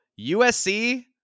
USC